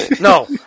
no